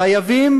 חייבים